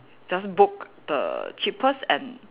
just book the cheapest and